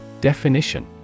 Definition